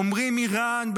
עמרי מירן,